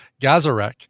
Gazarek